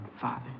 father